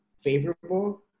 favorable